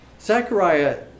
Zechariah